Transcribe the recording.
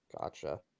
Gotcha